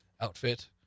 Outfit